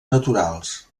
naturals